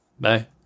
Bye